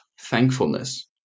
thankfulness